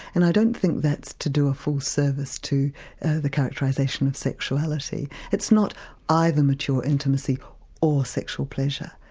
and i don't think that's to do a full service to the characterisation of sexuality it's not either mature intimacy or sexual pleasure,